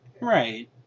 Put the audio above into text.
Right